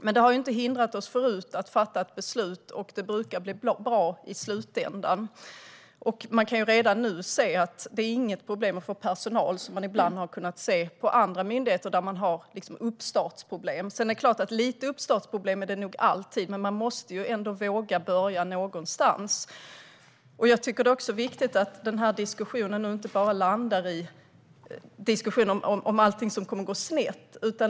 Men det har inte hindrat oss från att fatta beslut förut, och det brukar bli bra i slutändan. Man kan redan nu se att det inte är något problem att få personal, som man ibland har kunnat se på andra myndigheter där man har haft uppstartsproblem. Det är klart att lite uppstartsproblem är det nog alltid, men man måste ändå våga börja någonstans. Jag tycker att det är viktigt att vi inte landar enbart i diskussioner om allting som kommer att gå snett.